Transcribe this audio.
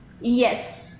Yes